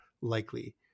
likely